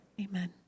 Amen